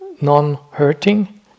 non-hurting